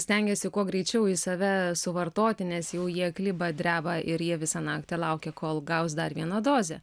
stengiasi kuo greičiau į save suvartoti nes jau jie kliba dreba ir jie visą naktį laukė kol gaus dar vieną dozę